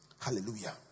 hallelujah